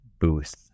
booth